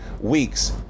weeks